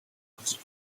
хүсэж